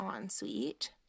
ensuite